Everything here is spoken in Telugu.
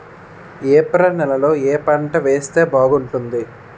ఏప్రిల్ నెలలో ఏ పంట వేస్తే బాగుంటుంది?